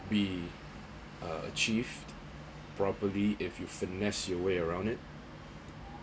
be uh achieved properly if you you way around it